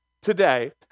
today